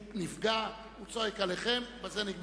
אתם מדברים, הוא נפגע, הוא צועק עליכם, ובזה נגמר.